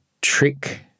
trick